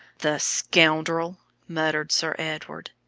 the scoundrel! muttered sir edward.